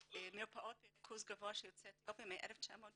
במרפאות בריכוז גבוה של יוצאי אתיופיה מ-1998.